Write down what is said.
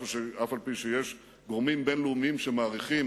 אף-על-פי שיש גורמים בין-לאומיים שמעריכים